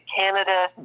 Canada